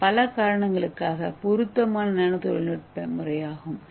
ஏ பல காரணங்களுக்காக பொருத்தமான நானோ தொழில்நுட்ப முறையாகும்